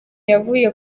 yavuze